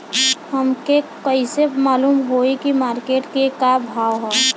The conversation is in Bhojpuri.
हमके कइसे मालूम होई की मार्केट के का भाव ह?